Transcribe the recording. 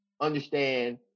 understand